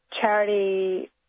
charity